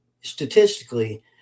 statistically